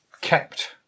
kept